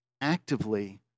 actively